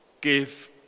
give